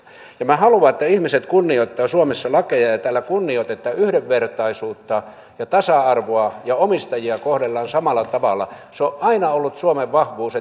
minä haluan että ihmiset kunnioittavat suomessa lakeja ja täällä kunnioitetaan yhdenvertaisuutta ja tasa arvoa ja omistajia kohdellaan samalla tavalla se on on aina ollut suomen vahvuus